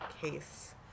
Case